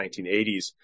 1980s